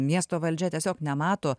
miesto valdžia tiesiog nemato